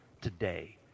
today